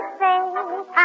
say